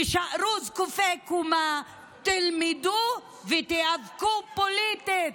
תישארו זקופי קומה, תלמדו ותיאבקו פוליטית.